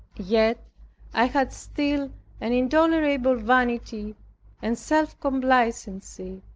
yet i had still an intolerable vanity and self-complacency,